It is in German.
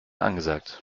angesagt